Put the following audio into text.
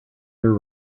your